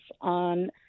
on